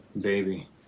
Baby